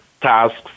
tasks